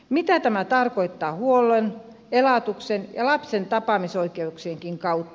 mitä tämä tarkoittaa huollon elatuksen ja lapsen tapaamisoikeuksienkin kautta